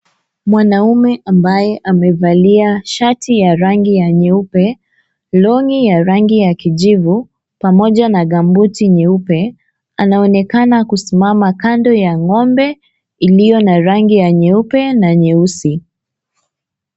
Mwanaume ambaye amevalia shati ya rangi ya nyeupe, longi ya rangi ya kijivu pamoja na gambuti nyeupe anaonekana kusimama kando ya ngombe iliyo na rangi ya nyeupe na nyeusi.